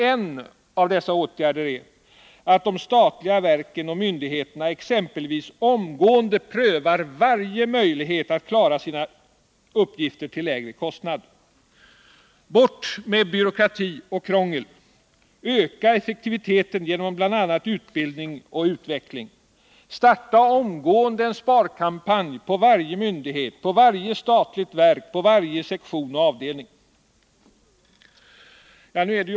En åtgärd är exempelvis att de statliga verken och myndigheterna omgående prövar varje möjlighet att klara sina uppgifter till lägre kostnad. Bort med byråkrati och krångel! Öka effektiviteten genom bl.a. utbildning och utveckling! Starta omgående en sparkampanj på varje myndighet, på varje statligt verk, på varje sektion och avdelning!